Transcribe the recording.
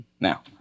Now